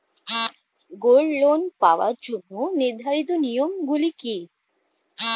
Gold loan পাওয়ার জন্য নির্ধারিত নিয়ম গুলি কি?